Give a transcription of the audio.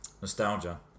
nostalgia